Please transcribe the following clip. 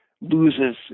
loses